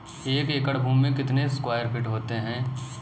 एक एकड़ भूमि में कितने स्क्वायर फिट होते हैं?